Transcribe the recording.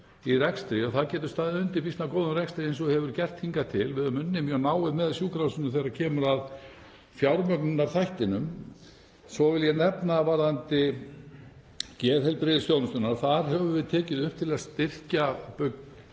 í rekstri og það getur staðið undir býsna góðum rekstri eins og hefur verið hingað til. Við höfum unnið mjög náið með sjúkrahúsinu þegar kemur að fjármögnunarþættinum. Svo vil ég nefna varðandi geðheilbrigðisþjónustuna að þar höfum við tekið upp aukna